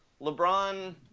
LeBron